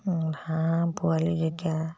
হাঁহ পোৱালি যেতিয়া